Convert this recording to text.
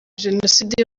jenoside